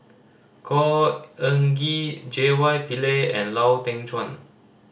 Khor Ean Ghee J Y Pillay and Lau Teng Chuan